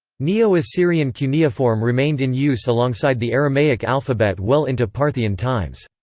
neo-assyrian cuneiform remained in use alongside the aramaic alphabet well into parthian times.